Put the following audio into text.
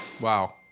wow